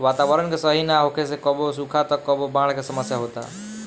वातावरण के सही ना होखे से कबो सुखा त कबो बाढ़ के समस्या होता